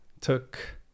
took